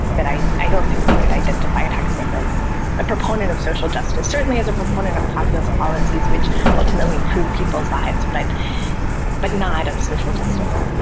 that i i don't think we could identify thaksin as a proponent of social justice. certainly as a proponent of populist policies which ultimately improved people's lives, but but not of social justice.